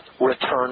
return